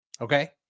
Okay